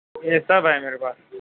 یہ سب ہے میرے پاس